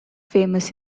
famous